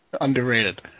Underrated